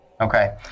Okay